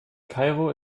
kairo